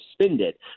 suspended